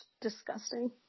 disgusting